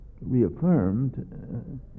reaffirmed